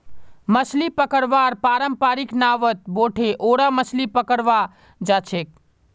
मछली पकड़वार पारंपरिक नावत बोठे ओरा मछली पकड़वा जाछेक